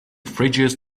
fridges